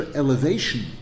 elevation